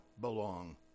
belong